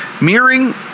mirroring